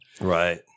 Right